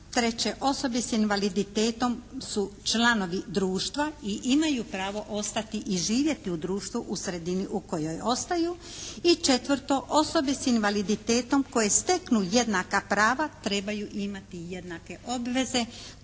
3) osobe sa invaliditetom su članovi društva i imaju pravo ostati i živjeti u društvu u sredini u kojoj ostaju i 4) osobe sa invaliditetom koje steknu jednaka prava trebaju imati i jednake obveze